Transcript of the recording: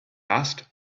asked